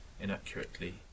inaccurately